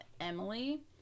Emily